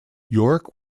york